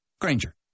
Granger